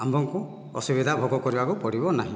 ଆମ୍ଭକୁ ଅସୁବିଧା ଭୋଗ କରିବାକୁ ପଡ଼ିବ ନାହିଁ